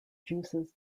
juices